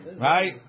Right